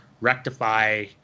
rectify